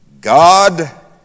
God